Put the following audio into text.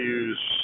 use